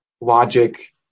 logic